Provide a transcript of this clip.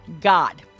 God